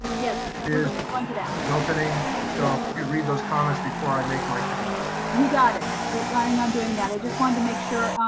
yes. we're going to that one. reopening, so you can read those comments before i make my comments. you got it. we're planning on doing that. i just wanted to make sure.